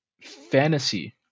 fantasy